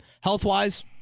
Health-wise